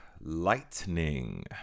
Lightning